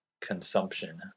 consumption